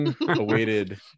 awaited